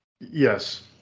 Yes